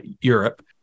Europe